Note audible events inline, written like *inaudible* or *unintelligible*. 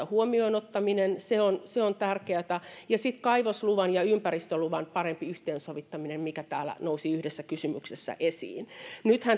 *unintelligible* huomioon ottaminen mahdollisimman varhaisessa vaiheessa se on tärkeätä ja sitten kaivosluvan ja ympäristöluvan parempi yhteensovittaminen mikä täällä nousi yhdessä kysymyksessä esiin nythän